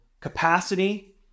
capacity